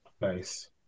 Nice